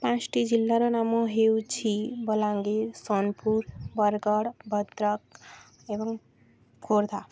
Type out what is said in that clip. ପାଞ୍ଚଟି ଜିଲ୍ଲାର ନାମ ହେଉଛି ବଲାଙ୍ଗୀର ସୋନପୁର ବରଗଡ଼ ଭଦ୍ରକ ଏବଂ ଖୋର୍ଦ୍ଧା